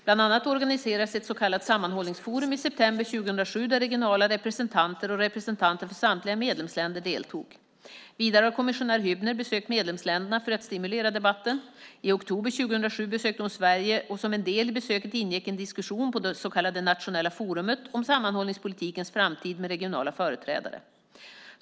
Bland annat organiserades ett så kallat sammanhållningsforum i september 2007 där regionala representanter och representanter för samtliga medlemsländer deltog. Vidare har kommissionär Hübner besökt medlemsländerna för att stimulera debatten. I oktober 2007 besökte hon Sverige, och som en del i besöket ingick en diskussion på det så kallade nationella forumet om sammanhållningspolitikens framtid med regionala företrädare.